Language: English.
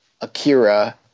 Akira